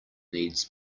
needs